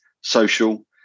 social